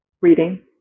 Reading